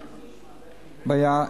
בעיה,